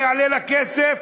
זה יעלה לה כסף,